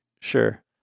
sure